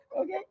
Okay